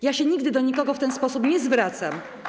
Ja się nigdy do nikogo w ten sposób nie zwracam.